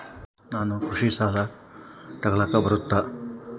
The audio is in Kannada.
ನಾನು ಕೃಷಿ ಸಾಲ ತಗಳಕ ಬರುತ್ತಾ?